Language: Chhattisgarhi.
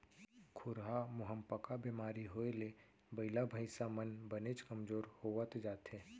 खुरहा मुहंपका बेमारी होए ले बइला भईंसा मन बनेच कमजोर होवत जाथें